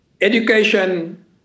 Education